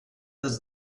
does